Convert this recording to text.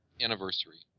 anniversary